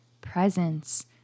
presence